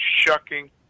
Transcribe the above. shucking